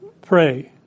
pray